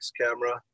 camera